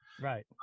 Right